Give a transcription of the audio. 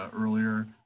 earlier